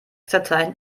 dateien